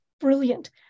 brilliant